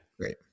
great